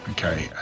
Okay